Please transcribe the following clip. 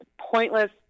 pointless